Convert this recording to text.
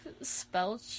spell